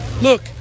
Look